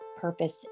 purpose